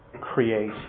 create